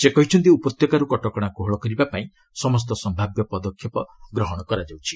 ସେ କହିଛନ୍ତି ଉପତ୍ୟକାରୁ କଟକଣା କୋହଳ କରିବାପାଇଁ ସମସ୍ତ ସମ୍ଭାବ୍ୟ ପଦକ୍ଷେପ ଗ୍ରହଣ କରାଯାଉଛି